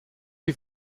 die